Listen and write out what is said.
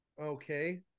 okay